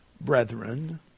brethren